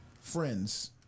Friends